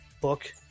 book